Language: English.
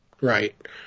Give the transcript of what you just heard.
Right